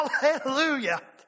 Hallelujah